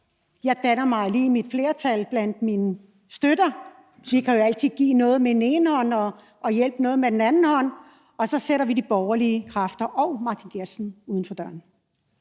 lige danner sit flertal med sine støtter; den kan jo altid give noget med den ene hånd og hjælpe med den anden hånd. Og så sætter den de borgerlige kræfter og Martin Geertsen uden for døren.